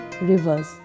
rivers